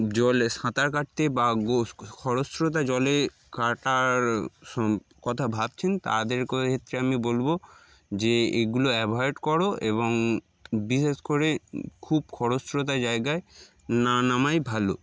জলে সাঁতার কাটতে বা খরস্রোতা জলে কাটার কথা ভাবছেন তাদের ক্ষেত্রে আমি বলবো যে এগুলো অ্যাভয়েড করো এবং বিশেষ করে খুব খরস্রোতা জায়গায় না নামাই ভালো